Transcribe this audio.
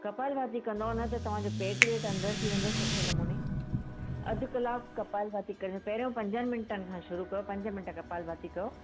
कपाल भाती कंदव न त तव्हां जो पेट वेट अंदर थी वेंदो सुठे नमूने अधु कलाकु कपाल भारती कयो पहिरियों पंजनि मिंटन खां शुरू कयो पंज मिंट कपाल भाती कयो